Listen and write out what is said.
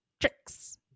Tricks